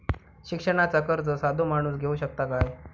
शिक्षणाचा कर्ज साधो माणूस घेऊ शकता काय?